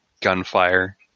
gunfire